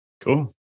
Cool